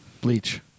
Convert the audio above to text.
bleach